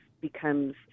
becomes